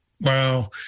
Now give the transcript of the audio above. Wow